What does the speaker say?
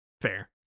Fair